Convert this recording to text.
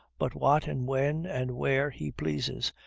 but what, and when, and where he pleases.